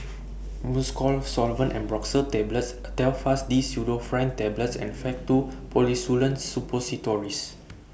Mucosolvan Ambroxol Tablets A Telfast D Pseudoephrine Tablets and Faktu Policresulen Suppositories